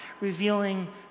revealing